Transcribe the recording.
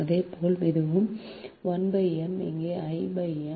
அதுபோல இதுவும் 1 m இங்கே I m